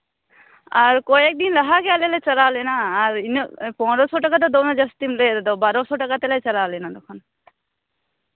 ᱟᱨ ᱠᱚᱭᱮᱠ ᱫᱤᱱ ᱞᱟᱦᱟᱜᱮ ᱟᱞᱮ ᱞᱮ ᱪᱟᱞᱟᱣ ᱞᱮᱱᱟ ᱟᱨ ᱤᱱᱟᱹᱜ ᱯᱚᱱᱨᱚ ᱥᱚ ᱴᱟᱠᱟ ᱫᱚ ᱫᱚᱢᱮ ᱡᱟᱹᱥᱛᱤᱢ ᱞᱟᱹᱭᱫᱟ ᱵᱟᱨᱚ ᱥᱚ ᱴᱟᱠᱟ ᱛᱮᱞᱮ ᱪᱟᱞᱟᱣ ᱞᱮᱱᱟ ᱛᱚᱠᱷᱚᱱ